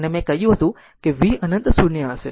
અને મેં કહ્યું હતું કે v અનંત 0 હશે